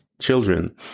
children